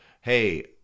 Hey